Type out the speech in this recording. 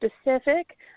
specific